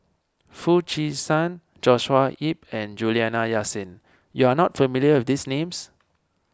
Foo Chee San Joshua Ip and Juliana Yasin you are not familiar with these names